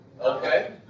Okay